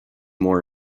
more